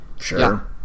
sure